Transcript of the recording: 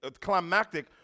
climactic